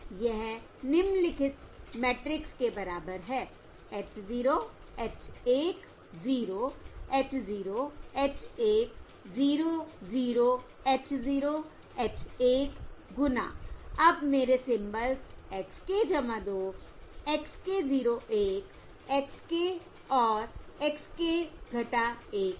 यह निम्नलिखित मैट्रिक्स के बराबर है h 0 h 1 0 h 0 h 1 0 0 h 0 h 1 गुना अब मेरे symbols x k 2 x k 0 1 x k और x k 1 है